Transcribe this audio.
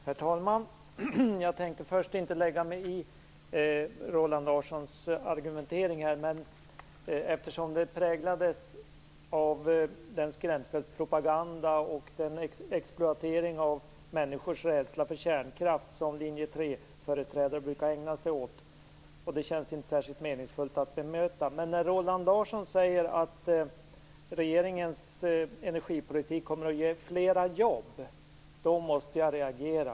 Herr talman! Jag tänkte först inte lägga mig i Roland Larssons argumentering. Den präglades av den skrämselpropaganda och den exploatering av människors rädsla för kärnkraft som linje 3-företrädare brukar ägna sig åt, och det känns inte särskilt meningsfullt att bemöta den. Men när Roland Larsson säger att regeringens energipolitik kommer att ge flera jobb, måste jag reagera.